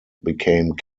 became